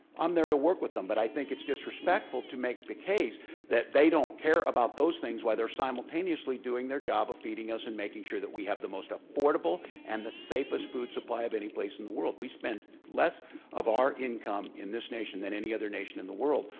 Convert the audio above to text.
i'm there to work with them. but i think it's disrespectful to make the case that they don't care about those things while they're simultaneously doing their job of feeding us and making sure that we have the most affordable and the safest food supply of any place in the world. we spent less of our income in this nation than any other nation in the world.